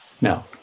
Now